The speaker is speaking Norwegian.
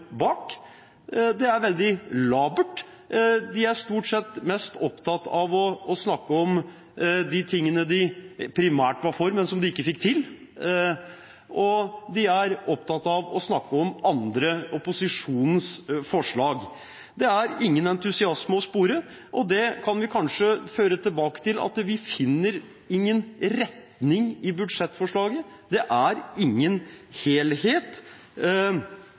bak. Det er veldig labert. De er stort sett opptatt av å snakke om de tingene de primært var for, men som de ikke fikk til, og av å snakke om andres, opposisjonens, forslag. Det er ingen entusiasme å spore, og det kan vi kanskje føre tilbake til at vi finner ingen retning i budsjettforslaget. Det er ingen helhet,